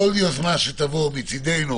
כל יוזמה שתבוא מצדנו